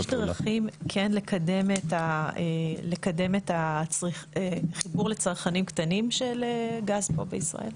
יש דרכים כן לקדם את החיבור לצרכנים קטנים של גז פה בישראל?